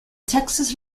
texas